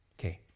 Okay